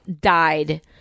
died